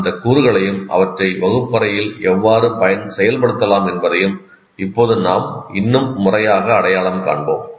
அந்த கூறுகளையும் அவற்றை வகுப்பறையில் எவ்வாறு செயல்படுத்தலாம் என்பதையும் இப்போது நாம் இன்னும் முறையாக அடையாளம் காண்போம்